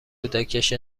کودکش